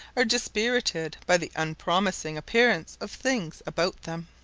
are dispirited by the unpromising appearance of things about them.